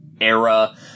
era